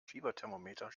fieberthermometer